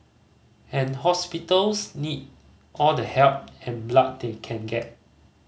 and hospitals need all the help and blood they can get